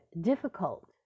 difficult